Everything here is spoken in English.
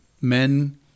men